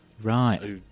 Right